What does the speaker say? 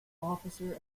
officer